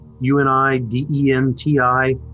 U-N-I-D-E-N-T-I